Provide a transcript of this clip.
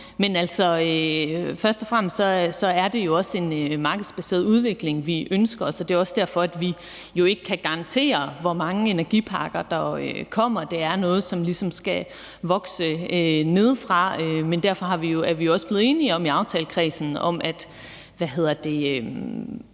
om. Først og fremmest er det jo en markedsbaseret udvikling, vi ønsker os, og det er også derfor, at vi jo ikke kan garantere, hvor mange energiparker der kommer. Det er noget, som ligesom skal vokse nedefra, men derfor er vi jo i aftalekredsen også